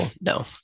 no